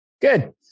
Good